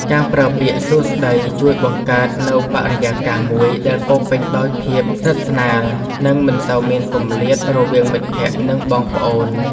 ការប្រើពាក្យសួស្តីជួយបង្កើតនូវបរិយាកាសមួយដែលពោរពេញដោយភាពស្និទ្ធស្នាលនិងមិនសូវមានគម្លាតរវាងមិត្តភក្តិនិងបងប្អូន។